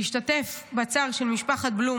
ולהשתתף בצער של משפחת בלום.